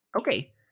okay